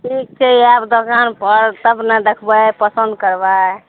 ठीक छै आयब दोकानपर तब ने देखबै पसन्द करबै